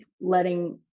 letting